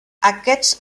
aquests